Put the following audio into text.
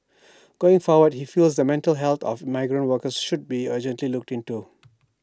going forward he feels the mental health of migrant workers should be urgently looked into